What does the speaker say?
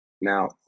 Now